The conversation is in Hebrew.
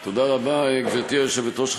גברתי היושבת-ראש,